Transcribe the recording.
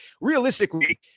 Realistically